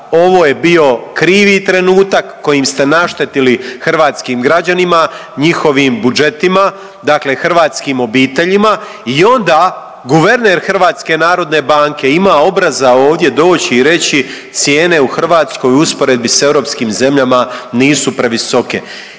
ovo je bio krivi trenutak kojim ste naštetili hrvatskim građanima, njihovim budžetima dakle hrvatskim obiteljima i onda guverner HNB-a ima obraza ovdje doći i reći cijene u Hrvatskoj u usporedbi s europskim zemljama nisu previsoke,